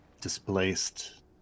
displaced